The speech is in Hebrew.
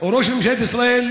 או ראש ממשלת ישראל,